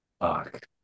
Fuck